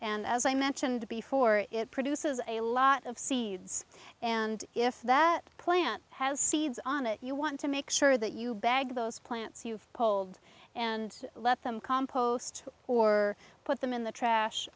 and as i mentioned before it produces a lot of seeds and if that plant has seeds on it you want to make sure that you bag those plants you hold and let them compost or put them in the